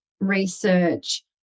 research